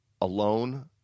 alone